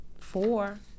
four